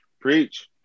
Preach